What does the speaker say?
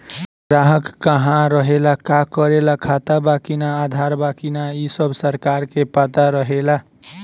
ग्राहक कहा रहेला, का करेला, खाता बा कि ना, आधार बा कि ना इ सब सरकार के पता रहेला